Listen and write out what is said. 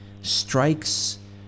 strikes